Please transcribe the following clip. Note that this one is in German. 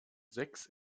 sechs